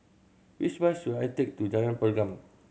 which bus should I take to Jalan Pergam